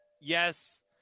Yes